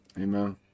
amen